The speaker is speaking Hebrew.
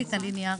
בלינארי.